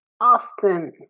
Austin